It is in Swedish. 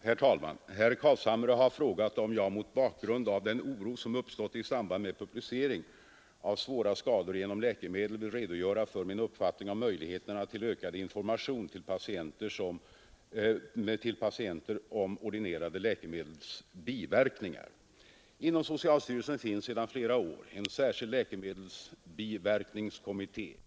Herr talman! Herr Carlshamre har frågat om jag mot bakgrund av den oro som uppstått i samband med publicering av svåra skador genom läkemedel vill redogöra för min uppfattning om möjligheterna till ökad information till patienter om ordinerade läkemedels biverkningar. Inom socialstyrelsen finns sedan flera år en särskild läkemedelsbiverkningskommitté.